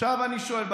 עכשיו אני שואל: